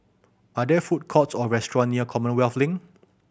are there food courts or restaurant near Commonwealth Link